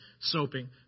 soaping